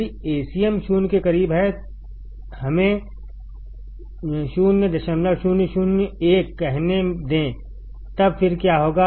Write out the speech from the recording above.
यदि Acm0 के करीब हैहमें 0001 कहने देंतब फिर क्या होगा